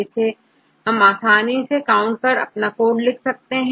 इन्हें आपकी आसानी से काउंट कर अपना कोड लिख सकते हैं